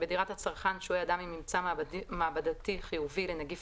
(א)בדירת הצרכן שוהה אדם עם ממצא מעבדתי חיובי לנגיף